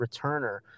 returner